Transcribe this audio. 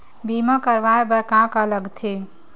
बीमा करवाय बर का का लगथे?